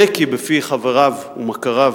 בקי בפי חבריו ומכריו,